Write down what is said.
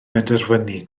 benderfynu